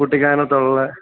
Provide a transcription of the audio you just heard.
കുട്ടിക്കാനത്തുള്ള